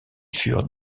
furent